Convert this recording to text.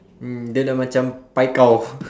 mm then I macam pai kao